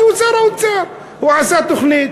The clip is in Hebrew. כי הוא שר האוצר, הוא עשה תוכנית.